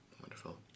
Wonderful